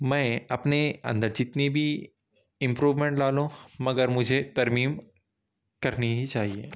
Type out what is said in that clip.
میں اپنے اندر جتنی بھی امپرومنٹ لا لوں مگر مجھے ترمیم کرنی ہی چاہیے